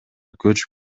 көчүп